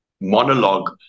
monologue